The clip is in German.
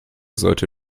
sollte